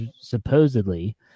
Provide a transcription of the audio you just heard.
supposedly